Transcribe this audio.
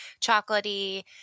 chocolatey